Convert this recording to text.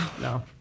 no